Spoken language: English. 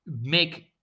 make